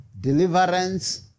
deliverance